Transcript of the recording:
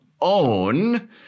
own –